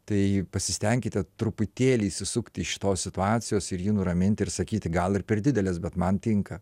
tai pasistenkite truputėlį išsisukti iš šitos situacijos ir jį nuraminti ir sakyti gal ir per didelės bet man tinka